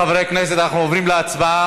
חברי הכנסת, אנחנו עוברים להצבעה.